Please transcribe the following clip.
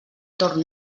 torn